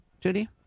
Judy